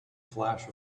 flash